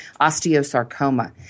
osteosarcoma